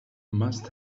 must